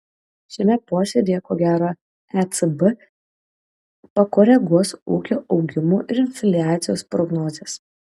šiame posėdyje ko gero ecb pakoreguos ūkio augimo ir infliacijos prognozes